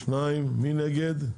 מי נמנע?